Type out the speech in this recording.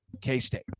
k-state